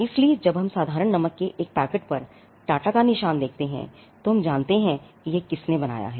इसलिए जब हम साधारण नमक के एक पैकेट पर टाटा का निशान देखते हैं तो हम जानते हैं कि इसे किसने बनाया है